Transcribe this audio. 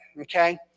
okay